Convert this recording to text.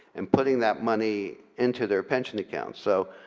and putting that money into their pension accounts. so